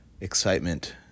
excitement